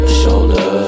shoulder